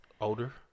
Older